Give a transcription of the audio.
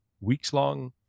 weeks-long